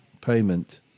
payment